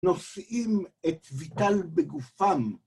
‫נושאים את ויטאל בגופם.